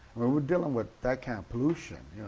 we were dealing with that kind of pollution.